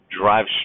Drive